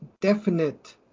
definite